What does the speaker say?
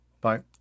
Bye